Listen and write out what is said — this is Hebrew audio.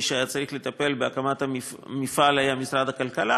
מי שהיה צריך לטפל בהקמת המפעל היה משרד הכלכלה,